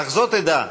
אך זאת אדע: